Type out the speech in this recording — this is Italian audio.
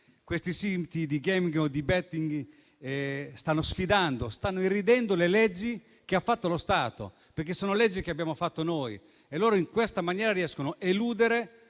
questi siti di *gaming* o di *betting* stanno sfidando e irridendo le leggi che ha fatto lo Stato, leggi che abbiamo fatto noi. In questa maniera riescono ad eludere